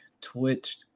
twitch